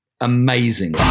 Amazing